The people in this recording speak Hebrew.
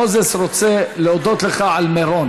מוזס רוצה להודות לך על מירון.